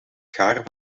garen